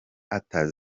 arthur